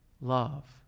love